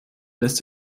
lässt